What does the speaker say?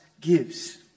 gives